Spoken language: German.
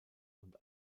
und